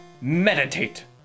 meditate